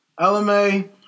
LMA